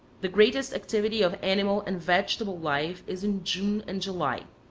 the greatest activity of animal and vegetable life is in june and july.